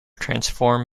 transform